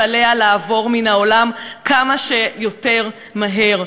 ועליה לעבור מן העולם כמה שיותר מהר,